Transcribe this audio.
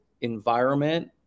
environment